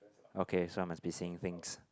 okay so I must be saying things